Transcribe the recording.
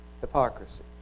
hypocrisy